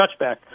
touchback